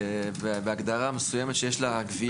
בהגדרה מסוימת שיש לה גבייה.